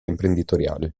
imprenditoriale